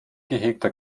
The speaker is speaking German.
gehegter